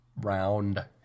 round